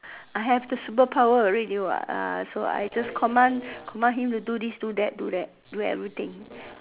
I have the superpower already what ah so I just command command him to do this do that do everything